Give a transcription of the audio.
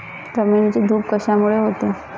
जमिनीची धूप कशामुळे होते?